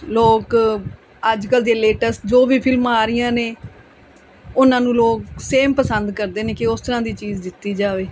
ਲੋਕ ਅੱਜ ਕੱਲ੍ਹ ਦੇ ਲੇਟੈਸਟ ਜੋ ਵੀ ਫਿਲਮਾਂ ਆ ਰਹੀਆਂ ਨੇ ਉਹਨਾਂ ਨੂੰ ਲੋਕ ਸੇਮ ਪਸੰਦ ਕਰਦੇ ਨੇ ਕਿ ਉਸ ਤਰ੍ਹਾਂ ਦੀ ਚੀਜ਼ ਦਿੱਤੀ ਜਾਵੇ